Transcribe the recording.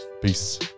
Peace